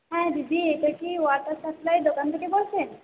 হ্যাঁ দিদি এটা কি ওয়াটার সাপ্লাইয়ের দোকান থেকে বলছেন